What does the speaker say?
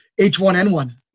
H1N1